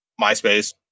MySpace